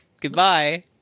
goodbye